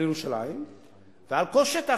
על ירושלים ועל כל שטח,